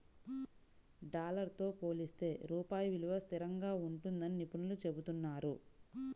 dollar తో పోలిస్తే రూపాయి విలువ స్థిరంగా ఉంటుందని నిపుణులు చెబుతున్నారు